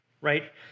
right